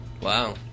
Wow